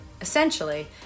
Essentially